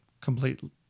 completely